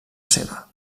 seva